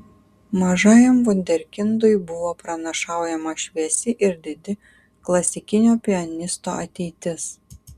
mažajam vunderkindui buvo pranašaujama šviesi ir didi klasikinio pianisto ateitis